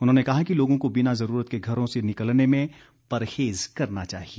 उन्होंने कहा कि लोगों को बिना जरूरत के घरों से निकलने में परहेज करना चाहिए